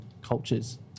cultures